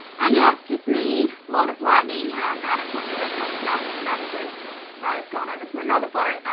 and yeah, its just me, lord of lightning, and anaconda air con tonight for dinner, because riley's gone over to another boat.